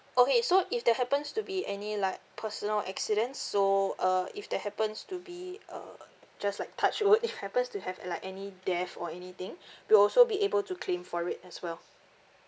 okay so if there happens to be any like personal accidents so uh if there happens to be uh just like touch wood if happens to have like any death or anything you'll also be able to claim for it as well